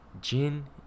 gin